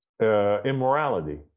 immorality